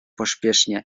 pośpiesznie